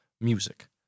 music